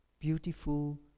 beautiful